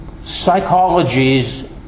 psychologies